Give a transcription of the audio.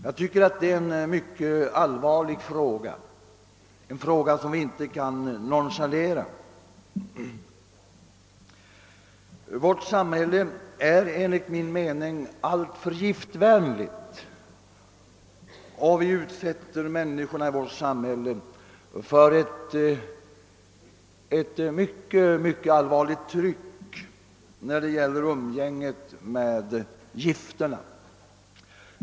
Jag tycker att det är en mycket allvarlig fråga, en fråga som vi inte kan nonchalera. Vårt samhälle är enligt min mening alltför giftvänligt, och vi utsätter människorna i samhället för ett mycket allvarligt tryck när det gäller umgänget med gifterna.